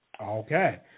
Okay